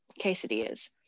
quesadillas